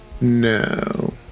No